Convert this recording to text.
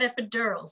epidurals